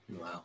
wow